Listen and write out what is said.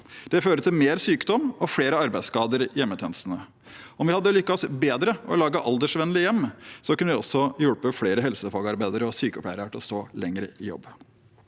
Det fører til mer sykdom og flere arbeidsskader i hjemmetjenestene. Om vi hadde lykkes bedre med å lage aldersvennlige hjem, kunne vi også hjulpet flere helsefagarbeidere og sykepleiere til å stå lenger i jobb.